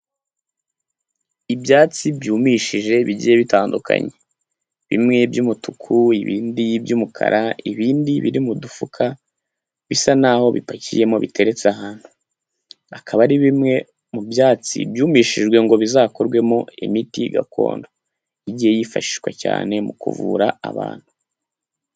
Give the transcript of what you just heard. Ibyatsi byumishije bigiye bitandukanye bimwe by'umutuku ibindi by'umukara, ibindi biri mudufuka bisa n'aho bipakiyemo biteretse ahantu, akaba ari bimwe mu byatsi byumishijwe ngo bizakorwemo imiti gakondo yagiye yifashishwa cyane mu kuvura abantu.